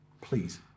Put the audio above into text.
please